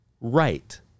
right